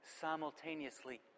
simultaneously